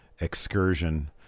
excursion